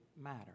matter